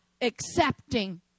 Accepting